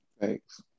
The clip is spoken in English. Thanks